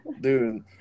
Dude